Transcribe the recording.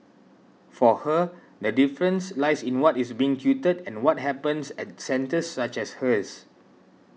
for her the difference lies in what is being tutored and what happens at centres such as hers